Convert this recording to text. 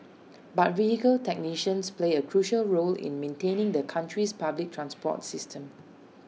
but vehicle technicians play A crucial role in maintaining the country's public transport system